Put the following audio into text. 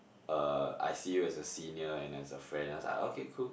uh I see you as a senior and as a friend I was like okay cool